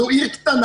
שהיא עיר קטנה,